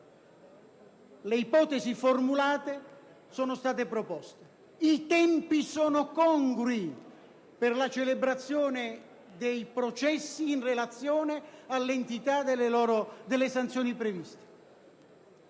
le ipotesi formulate sono state proposte e i tempi sono congrui per la celebrazione dei processi, in relazione all'entità delle sanzioni previste.